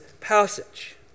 passage